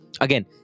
Again